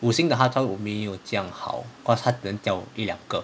五星的他效果没有这样好 cause 他只能一两个